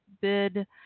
bid